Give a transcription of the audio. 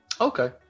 Okay